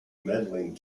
medaling